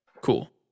cool